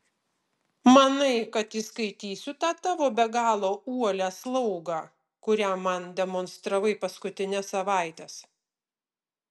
manai kad įskaitysiu tą tavo be galo uolią slaugą kurią man demonstravai paskutines savaites